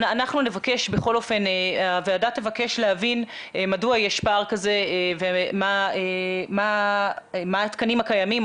בכל אופן הוועדה תבקש להבין מדוע יש פער כזה ומה התקנים הקיימים,